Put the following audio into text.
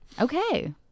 Okay